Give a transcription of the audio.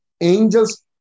angel's